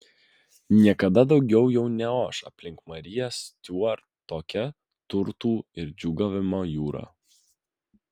niekada daugiau jau neoš aplink mariją stiuart tokia turtų ir džiūgavimo jūra